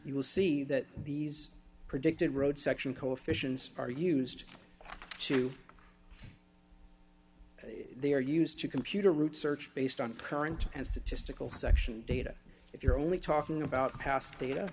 you will see that these predicted road section coefficients are used to they are used to computer route search based on current and statistical section data if you're only talking about past data